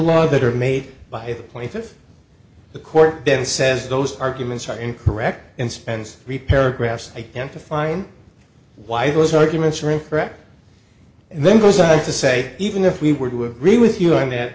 law that are made by the point if the court then says those arguments are incorrect and spends three paragraphs identifying why those arguments are incorrect and then goes on to say even if we were to agree with you on that